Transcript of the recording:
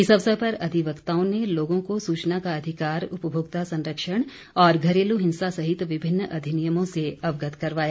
इस अवसर पर अधिवक्ताओं ने लोगों को सूचना का अधिकार उपभोक्ता संरक्षण और घरेलू हिंसा सहित विभिन्न अधिनियमों से अवगत करवाया